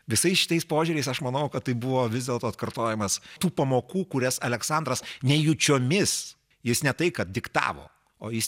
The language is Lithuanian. visais šitais požiūriais aš manau kad tai buvo vis dėlto atkartojimas tų pamokų kurias aleksandras nejučiomis jis ne tai kad diktavo o jis